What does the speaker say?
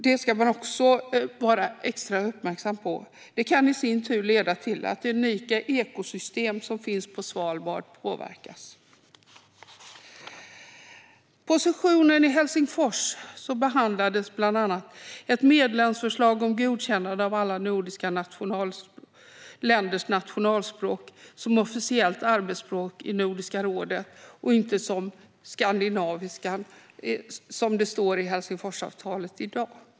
Det ska man också vara extra uppmärksam på, för det kan i sin tur leda till att det unika ekosystem som finns på Svalbard påverkas. På sessionen i Helsingfors behandlades bland annat ett medlemsförslag om godkännande av alla nordiska länders nationalspråk som officiella arbetsspråk i Nordiska rådet i stället för skandinaviskan, som det står i Helsingforsavtalet i dag.